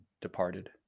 departed